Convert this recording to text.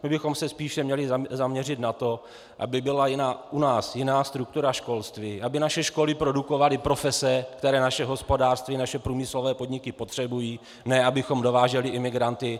My bychom se spíše měli zaměřit na to, aby byla u nás jiná struktura školství, aby naše školy produkovaly profese, které naše hospodářství, naše průmyslové podniky potřebují, ne abychom dováželi imigranty.